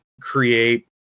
create